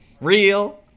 real